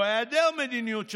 או היעדר מדיניות,